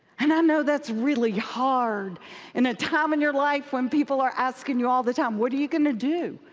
and i know that's really hard in a time in your life when people are asking you all the time. what are you going to do?